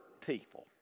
people